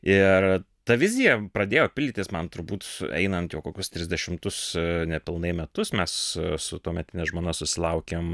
ir ta vizija pradėjo pildytis man turbūt sueinant jau kokius trisdešimtus nepilnai metus mes su tuometine žmona susilaukėm